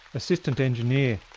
assistant engineer.